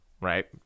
right